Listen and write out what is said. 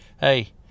Hey